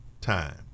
time